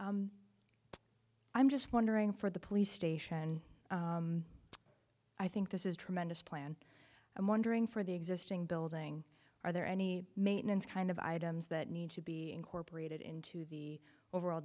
i'm just wondering for the police station i think this is tremendous plan i'm wondering for the existing building are there any maintenance kind of items that need to be incorporated into the overall